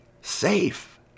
Safe